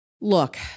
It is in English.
Look